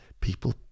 people